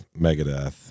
Megadeth